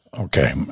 Okay